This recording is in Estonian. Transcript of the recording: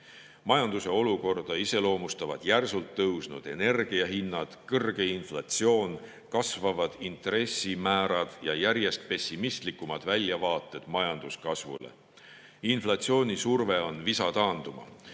Majanduse olukorda iseloomustavad järsult tõusnud energiahinnad, kõrge inflatsioon, kasvavad intressimäärad ja järjest pessimistlikumad väljavaated majanduskasvule. Inflatsioonisurve on visa taanduma.